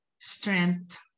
strength